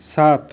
সাত